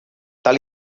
tal